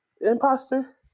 imposter